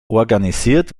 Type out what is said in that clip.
organisiert